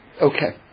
Okay